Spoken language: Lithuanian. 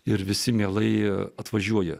ir visi mielai atvažiuoja